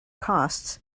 costs